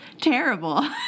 terrible